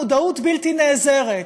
מודעות בלתי נעזרת.